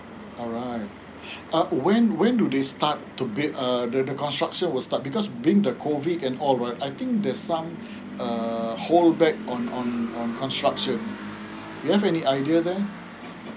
alright err when when do they start to build err the the construction will start because being the COVID and all right I think there's some err holdback on construction do you have any idea there